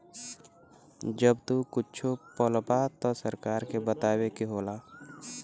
जब तू कुच्छो पलबा त सरकार के बताए के होला